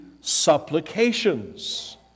supplications